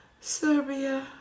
Serbia